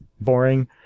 boring